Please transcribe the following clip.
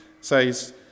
says